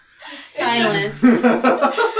Silence